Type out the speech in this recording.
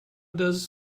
does